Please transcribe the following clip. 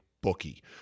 Bookie